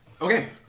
Okay